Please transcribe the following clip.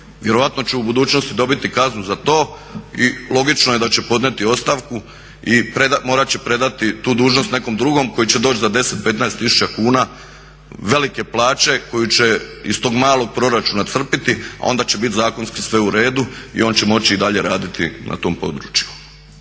Vjerojatno će u budućnosti dobiti kaznu za to i logično je da će podnijeti ostavku i morati će predati tu dužnost nekom drugom koji će doći za 10, 15 tisuća kuna velike plaće koju će iz tog malog proračuna crpiti a onda će biti zakonski sve u redu i on će moći i dalje raditi na tom području.